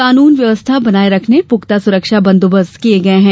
कानून व्यवस्था बनाये रखने पुख्ता सुरक्षा बंदोबस्त किए गए है